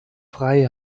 frei